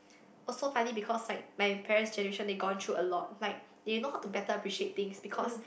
also partly because like my parents' generation they gone through a lot like they know how to better appreciate things because